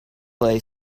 lay